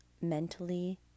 mentally